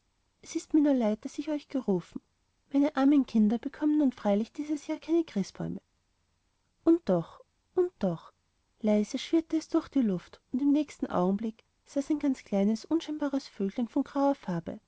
es ist mir nur leid daß ich euch gerufen meine armen kinder bekommen nun freilich dieses jahr keine christbäume und doch und doch leise schwirrte es durch die luft und im nächsten augenblick saß ein ganz kleines unscheinbares vöglein von grauer farbe